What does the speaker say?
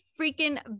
freaking